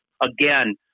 again